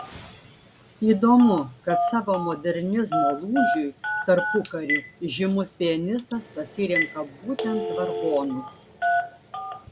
įdomu kad savo modernizmo lūžiui tarpukariu žymus pianistas pasirenka būtent vargonus